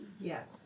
Yes